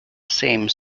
same